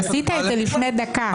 עשית את זה לפני דקה.